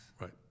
Right